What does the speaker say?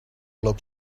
look